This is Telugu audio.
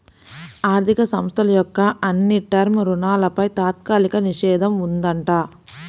ఆర్ధిక సంస్థల యొక్క అన్ని టర్మ్ రుణాలపై తాత్కాలిక నిషేధం ఉందంట